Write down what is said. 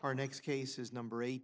our next case is number eight